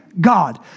God